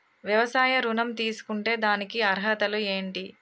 వ్యవసాయ ఋణం తీసుకుంటే దానికి అర్హతలు ఏంటి?